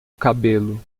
cabelo